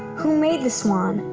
who made the swan,